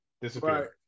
Disappeared